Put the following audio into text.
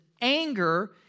Anger